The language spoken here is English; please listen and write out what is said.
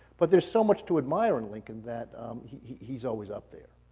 but there's so much to admire in lincoln that he's always up there.